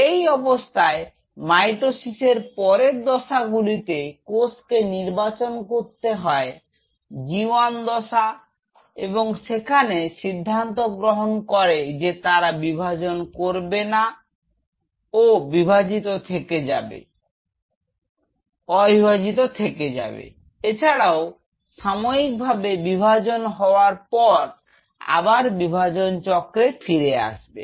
এই অবস্থায় মাইটোসিসের পরের দশা গুলিতে কোষ কে নির্বাচিত করতে হয় G1 দশা এবং সেখানে সিদ্ধান্ত গ্রহণ করে যে তারা বিভাজন করবে না ও বিভাজিত থেকে যাবে এছাড়াও সাময়িকভাবে বিভাজন হওয়ার পর আবার বিভাজন চক্রে ফিরে আসবে